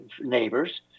neighbors